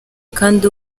kandi